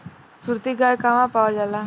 सुरती गाय कहवा पावल जाला?